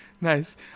Nice